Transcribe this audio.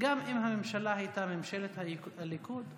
שגם אם הממשלה הייתה ממשלת הליכוד,